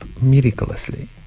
miraculously